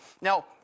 Now